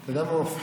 אתה יודע מה מפחיד?